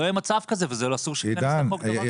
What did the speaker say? לא יהיה מצב כזה ואסור שייכנס לחוק דבר כזה.